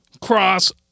Cross